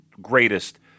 greatest